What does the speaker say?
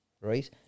right